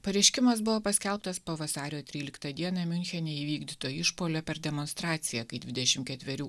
pareiškimas buvo paskelbtas po vasario tryliktą dieną miunchene įvykdyto išpuolio per demonstraciją kai dvidešim ketverių